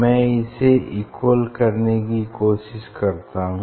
मैं इसे इक्वल करने की कोशिश करता हूँ